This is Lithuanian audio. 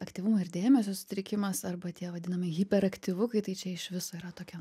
aktyvumo ir dėmesio sutrikimas arba tie vadinami hiperaktyvukai tai čia iš viso yra tokia